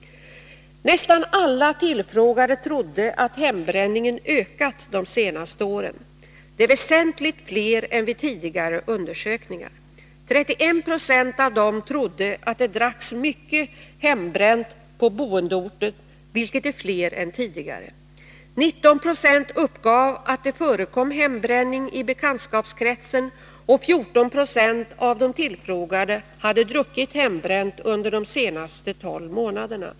Nästan alla tillfrågade trodde att hembränningen ökat de senaste åren. Det är väsentligt fler än vid tidigare undersökningar. 31 90 av dem trodde att det dracks mycket hembränt på boendeorten, vilket är fler än tidigare. 19 96 uppgav att det förekom hembränning i bekantskapskretsen, och 14 90 av de tillfrågade hade druckit hembränt under de senaste 12 månaderna.